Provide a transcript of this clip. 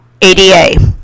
ADA